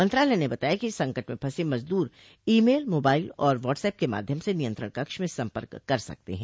मंत्रालय ने बताया कि संकट में फंसे मजदूर ई मेल मोबाइल और व्हॉटसेप के माध्यम से नियंत्रण कक्ष में संपर्क कर सकते हैं